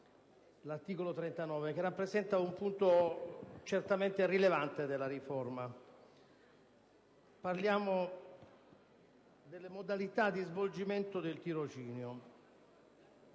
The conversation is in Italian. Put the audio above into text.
l'articolo 39, che rappresenta un punto certamente rilevante della riforma; parliamo delle modalità di svolgimento del tirocinio.